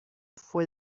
fue